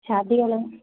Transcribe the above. शादी हलनि